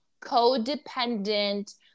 codependent